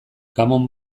common